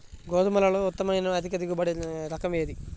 గోధుమలలో ఉత్తమమైన అధిక దిగుబడి రకం ఏది?